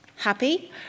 Happy